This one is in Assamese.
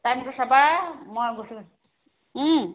টাইমটো চাবা মই গৈছোঁ